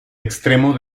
extremo